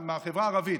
מהחברה הערבית.